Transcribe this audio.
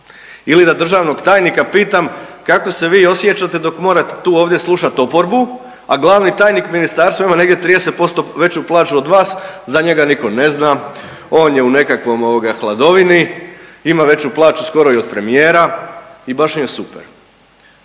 ili da državnog tajnika pitam kako se vi osjećate dok morate tu ovdje slušat oporbu, a glavni tajnik ministarstva ima negdje 30% veću plaću od vas, za njega niko ne zna, on je u nekakvom ovoga hladovini, ima veću plaću skoro i od premijera i baš mu je super.